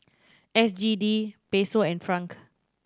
S G D Peso and Franc